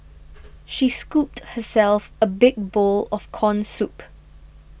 she scooped herself a big bowl of Corn Soup